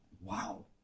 Wow